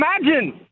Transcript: imagine